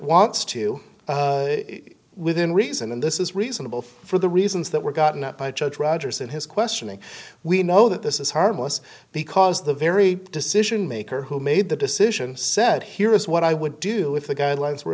wants to within reason and this is reasonable for the reasons that were gotten by judge rogers in his questioning we know that this is harmless because the very decision maker who made the decision said here is what i would do if the guidelines were